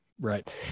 Right